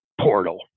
portal